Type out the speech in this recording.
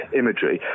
imagery